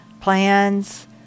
plans